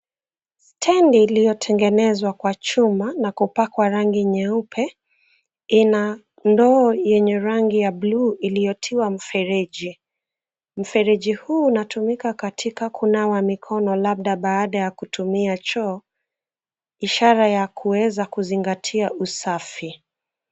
Stendi iliyo tengenezwa kwa chuma na kupakwa rangi nyeupe ina ndoo yenye rangi ya bluu iliyo tiwa mfereji. Mfereji huu unatumika katika kunawa mikono labda baada ya kutumia choo ishara ya kuweza kuzingatia usafi.